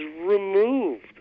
removed